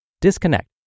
Disconnect